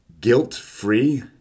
guilt-free